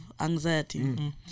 anxiety